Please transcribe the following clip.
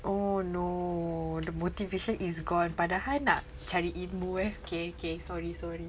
oh no the motivation is gone padahal nak cari ilmu eh okay okay sorry sorry